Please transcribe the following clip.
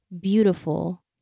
beautiful